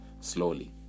slowly